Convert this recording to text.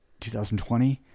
2020